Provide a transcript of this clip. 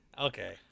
Okay